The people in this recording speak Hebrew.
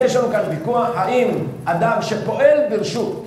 יש לנו כאן ויכוח האם אדם שפועל ברשות